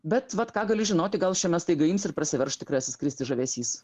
bet vat ką gali žinoti gal šiame staiga ims ir prasiverš tikrasis kristi žavesys